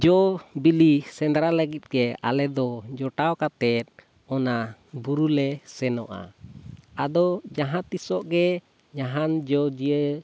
ᱡᱚᱼᱵᱤᱞᱤ ᱥᱮᱸᱫᱽᱨᱟ ᱞᱟᱹᱜᱤᱫᱛᱮ ᱟᱞᱮᱫᱚ ᱡᱚᱴᱟᱣ ᱠᱟᱛᱮᱫ ᱚᱱᱟ ᱵᱩᱨᱩᱞᱮ ᱥᱮᱱᱚᱜᱼᱟ ᱟᱫᱚ ᱡᱟᱦᱟᱸ ᱛᱤᱥᱚᱜ ᱜᱮ ᱡᱟᱦᱟᱱ ᱡᱚ ᱜᱮ